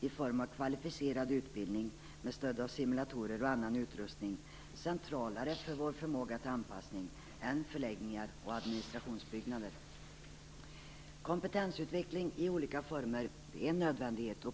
i form av kvalificerad utbildning med stöd av simulatorer och annan utrustning blir centralare för vår förmåga till anpassning än förläggningar och administrationsbyggnader. Kompetensutveckling i olika former är en nödvändighet.